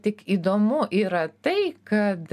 tik įdomu yra tai kad